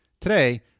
Today